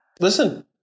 Listen